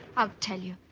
i'll tell you.